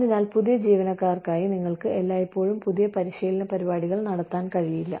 അതിനാൽ പുതിയ ജീവനക്കാർക്കായി നിങ്ങൾക്ക് എല്ലായ്പ്പോഴും പുതിയ പരിശീലന പരിപാടികൾ നടത്താൻ കഴിയില്ല